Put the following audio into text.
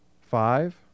five